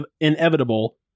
inevitable